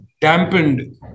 dampened